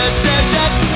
decisions